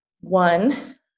one